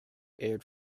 aired